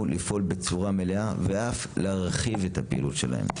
לפעול בצורה מלאה ואף להרחיב את הפעילות שלהם.